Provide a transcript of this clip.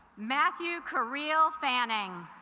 matthew career fanning